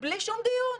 בלי שום דיון.